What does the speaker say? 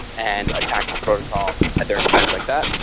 and attack a protocol at their expense like that,